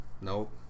Nope